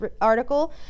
article